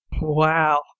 Wow